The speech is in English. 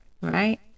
Right